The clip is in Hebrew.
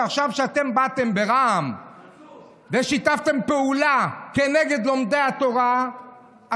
עכשיו שאתם ברע"מ באתם ושיתפתם פעולה כנגד לומדי התורה,